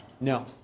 No